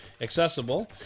accessible